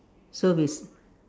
so it's